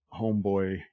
homeboy